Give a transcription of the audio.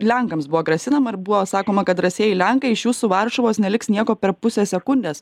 lenkams buvo grasinama ir buvo sakoma kad drąsieji lenkai iš jūsų varšuvos neliks nieko per pusę sekundės